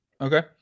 Okay